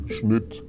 Schnitt